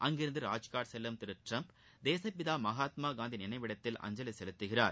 அங்கிருந்து ராஜ்காட் செல்லும் திரு ட்டிரம்ப் தேசப்பிதா மகாத்மா காந்தி நினைவிடத்தில் அஞ்சவி செலுத்துகிறார்